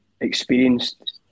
experienced